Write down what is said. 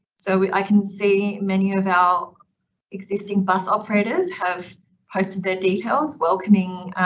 so i can see many of our existing bus operators have posted their details, welcoming